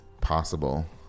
possible